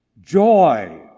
Joy